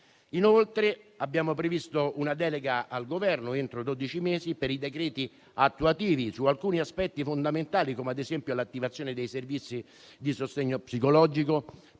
Inoltre, abbiamo previsto una delega al Governo entro dodici mesi per emanare i decreti attuativi su alcuni aspetti fondamentali, come ad esempio l'attivazione dei servizi di sostegno psicologico